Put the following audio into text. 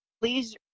please